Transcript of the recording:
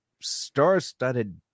star-studded